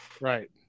Right